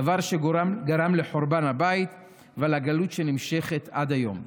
דבר שגרם לחורבן הבית ולגלות שנמשכת עד היום.